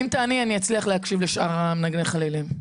אם תעני, אני אצליח להקשיב לשאר מנגני החלילים.